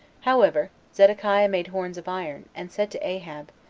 however, zedekiah made horns of iron, and said to ahab,